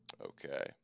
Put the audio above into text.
Okay